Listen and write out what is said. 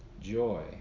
Joy